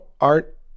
art